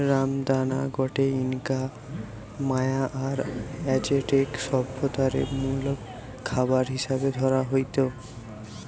রামদানা গটে Inca, Maya আর অ্যাজটেক সভ্যতারে মুল খাবার হিসাবে ধরা হইত